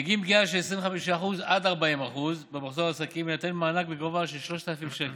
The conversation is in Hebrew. בגין פגיעה של 25% 40% במחזור העסקים יינתן מענק בגובה של 3,000 שקל,